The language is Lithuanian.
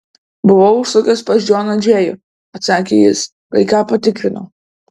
buvau užsukęs pas džoną džėjų atsakė jis kai ką patikrinau